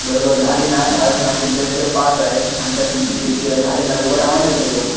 बरं बरं झाली ना झालं ना तुमचा एक तर पास आहे आणि त्यात तुमची किरकिर आहे झाली ना उभं रहा ना तिथं गप